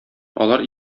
алар